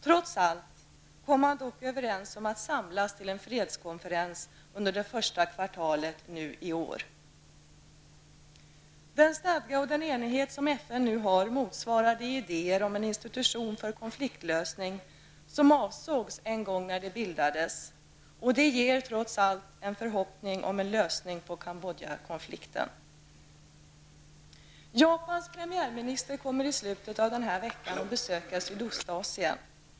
Trots allt kom man dock överens om att samlas till en fredskonferens under det första kvartalet i år. Den stadga och den enighet som FN nu har motsvarar de idéer om en institution för konfliktlösning som avsågs när de en gång bildades. Det ger trots allt förhoppningar om en lösning på Japans premiärminister kommer i slutet av denna vecka att besöka Sydostasien.